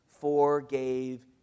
forgave